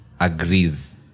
agrees